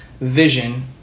vision